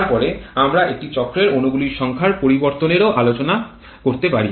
তারপরে আমরা একটি চক্রের অণুগুলির সংখ্যার পরিবর্তনেরও আলোচনা করতে পারি